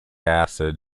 acid